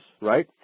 right